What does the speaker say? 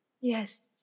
Yes